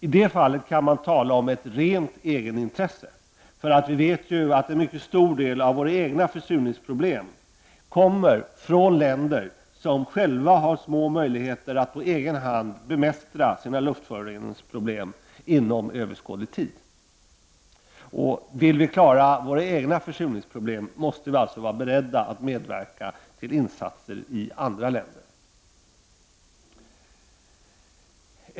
I det fallet kan man tala om ett rent egenintresse. Vi vet ju att en stor del av av våra egna försurningsproblem kommer från länder som själva har små möjligheter att på egen hand bemästra sina luftföroreningsproblem inom överskådlig tid. Vill vi lösa våra egna försurningsproblem, måste vi alltså vara beredda att medverka till insatser i andra länder.